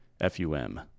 F-U-M